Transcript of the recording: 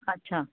अच्छा